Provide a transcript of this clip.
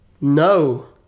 No